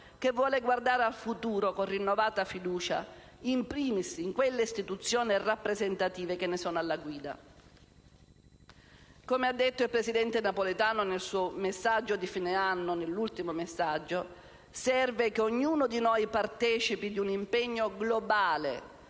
che vuole guardare al futuro con rinnovata fiducia, *in primis* in quelle istituzioni rappresentative che ne sono alla guida. Come ha detto il presidente Napolitano nel suo ultimo messaggio di fine anno serve che ognuno di noi partecipi di un impegno globale